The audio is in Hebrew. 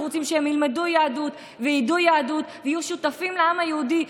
אנחנו רוצים שהם ילמדו יהדות וידעו יהדות ויהיו שותפים לעם היהודי,